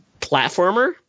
platformer